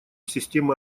системы